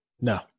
No